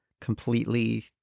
completely